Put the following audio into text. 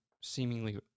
seemingly